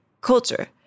culture